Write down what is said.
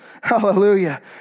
Hallelujah